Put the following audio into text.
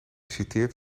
citeert